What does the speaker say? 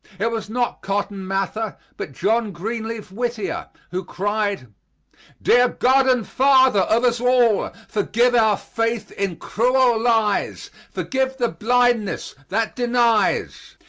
it was not cotton mather, but john greenleaf whittier, who cried dear god and father of us all, forgive our faith in cruel lies forgive the blindness that denies.